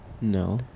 No